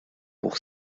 pour